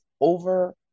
over